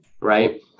right